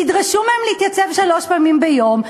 תדרשו מהם להתייצב שלוש פעמים ביום,